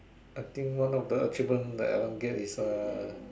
I think one of the achievement that I want to get is uh